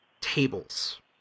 tables